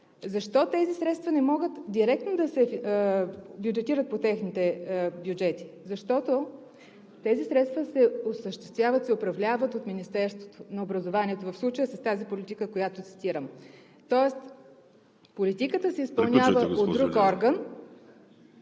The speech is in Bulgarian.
Защо тези средства не могат директно да се бюджетират по техните бюджети? Защото тези средства се осъществяват и се управляват от Министерството на образованието, в случая с тази политика, която цитирам. Тоест политиката се изпълнява от друг орган.